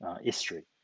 history